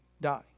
die